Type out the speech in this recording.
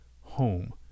home